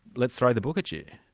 let's throw the book at you.